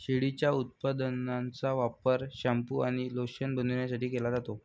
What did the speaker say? शेळीच्या उपउत्पादनांचा वापर शॅम्पू आणि लोशन बनवण्यासाठी केला जातो